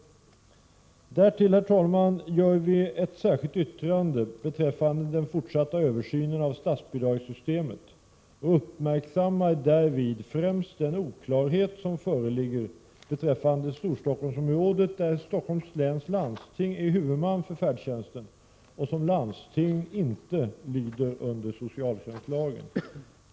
Därtill, herr talman, gör vi ett särskilt yttrande beträffande den fortsatta översynen av statsbidragssystmet och uppmärksammar härvid främst den oklarhet som föreligger beträffande Storstockholmsområdet där Stockholms läns landsting är huvudman för färdtjänsten och som landsting inte lyder under socialtjänstlagen.